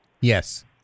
Yes